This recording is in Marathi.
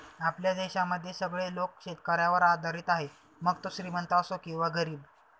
आपल्या देशामध्ये सगळे लोक शेतकऱ्यावर आधारित आहे, मग तो श्रीमंत असो किंवा गरीब